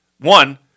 One